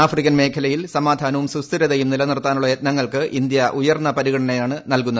African മേഖലയിൽ സമാധാനവും സുസ്ഥിരതയും നിലനിർത്താനുള്ള യത്നങ്ങൾക്ക് ഇന്തൃ ഉയർന്ന പരഗണനയാണ് നൽകുന്നത്